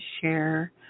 share